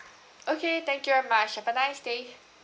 okay thank you very much have a nice day